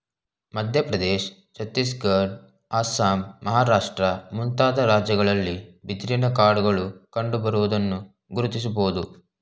ಮಧ್ಯಪ್ರದೇಶ, ಛತ್ತೀಸ್ಗಡ, ಅಸ್ಸಾಂ, ಮಹಾರಾಷ್ಟ್ರ ಮುಂತಾದ ರಾಜ್ಯಗಳಲ್ಲಿ ಬಿದಿರಿನ ಕಾಡುಗಳು ಕಂಡುಬರುವುದನ್ನು ಗುರುತಿಸಬೋದು